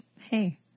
hey